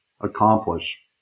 accomplish